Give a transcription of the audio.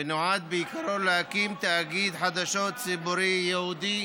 ונועד בעיקרו להקים תאגיד חדשות ציבורי ייעודי